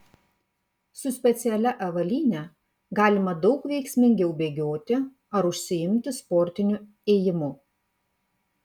su specialia avalyne galima daug veiksmingiau bėgioti ar užsiimti sportiniu ėjimu